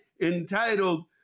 entitled